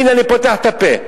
הנה, אני פותח את הפה.